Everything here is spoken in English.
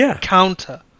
counter